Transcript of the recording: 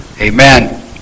amen